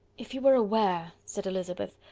if you were aware, said elizabeth,